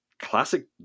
classic